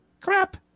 crap